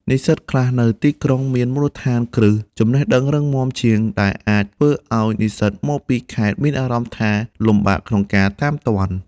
និស្សិតខ្លះនៅទីក្រុងមានមូលដ្ឋានគ្រឹះចំណេះដឹងរឹងមាំជាង ដែលអាចធ្វើឱ្យនិស្សិតមកពីខេត្តមានអារម្មណ៍ថាលំបាកក្នុងការតាមទាន់។